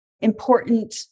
important